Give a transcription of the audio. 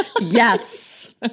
Yes